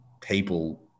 people